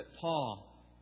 Paul